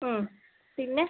ഹ്മ് പിന്നെ